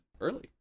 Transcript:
early